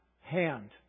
hand